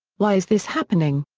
why is this happening?